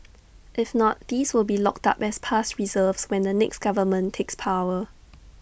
if not these will be locked up as past reserves when the next government takes power